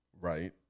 Right